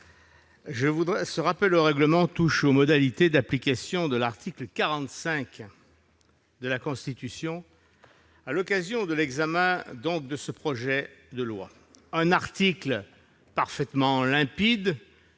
la soirée, mon rappel au règlement concerne les modalités d'application de l'article 45 de la Constitution à l'occasion de l'examen de ce projet de loi. Cet article parfaitement limpide